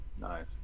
nice